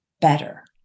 better